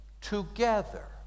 together